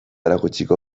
erakutsiko